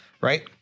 right